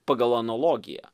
pagal analogiją